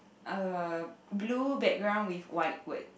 uh blue background with white word